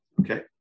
Okay